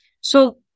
So-